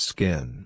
Skin